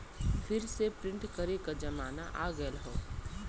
फिर से प्रिंट करे क जमाना आ गयल हौ